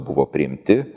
buvo priimti